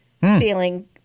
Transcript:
feeling